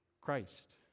Christ